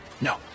no